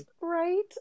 right